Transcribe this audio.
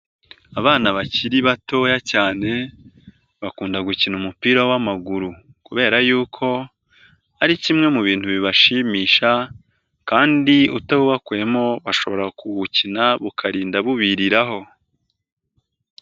Abana bakiri batoya cyane bakunda gukina umupira w'amaguru kubera yukouko ari kimwe mu bintu bibashimisha kandi utawubakuyemo bashobora kuwukina bukarinda bubiriraho.